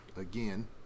again